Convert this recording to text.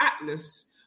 Atlas